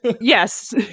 yes